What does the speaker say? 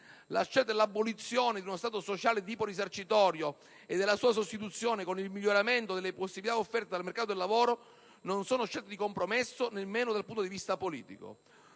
la scelta dell'abolizione di uno Stato sociale di tipo risarcitorio e della sua sostituzione con il miglioramento delle possibilità offerte dal mercato del lavoro non sono scelte di compromesso, nemmeno dal punto di vista politico.